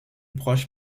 proche